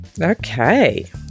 Okay